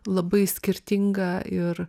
labai skirtinga ir